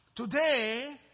Today